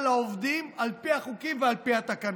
לעובדים על פי החוקים ועל פי התקנות.